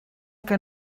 que